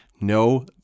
no